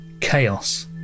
chaos